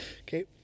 Okay